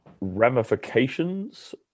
ramifications